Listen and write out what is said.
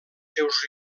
seus